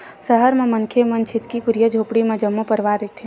सहर म मनखे मन छितकी कुरिया झोपड़ी म जम्मो परवार रहिथे